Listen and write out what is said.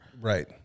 Right